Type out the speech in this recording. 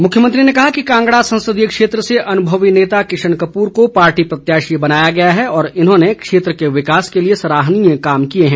मुख्यमंत्री ने कहा कि कांगड़ा संसदीय क्षेत्र से अनुभवी नेता किशन कपूर को पार्टी प्रत्याशी बनाया गया है और इन्होंने क्षेत्र के विकास के लिए सराहनीय कार्य किए हैं